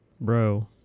Bro